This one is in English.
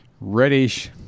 reddish